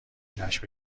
جشن